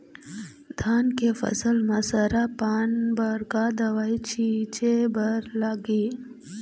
धान के फसल म सरा पान बर का दवई छीचे बर लागिही?